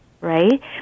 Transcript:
right